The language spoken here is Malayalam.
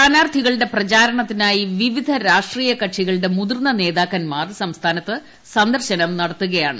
സ്ഥാനാർത്ഥികളുടെ പ്രചാരണത്തിനായി വിവിധ രാഷ്ട്രീയ കക്ഷികളുടെ മുതിർന്ന നേതാക്കന്മാർ സംസ്ഥാനത്ത് സന്ദർശനം നടത്തുകയാണ്